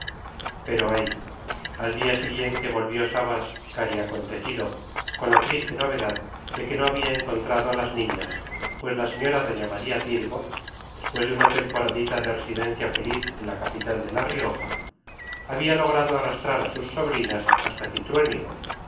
pero ay al día siguiente volvió sabas cariacontecido con la triste novedad de que no había encontrado a las niñas pues la señora doña maría tirgo después de una temporadita de residencia feliz en la capital de la rioja había logrado arrastrar a sus sobrinas hasta